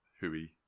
Hooey